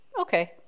okay